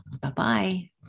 Bye-bye